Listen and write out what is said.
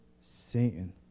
Satan